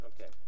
okay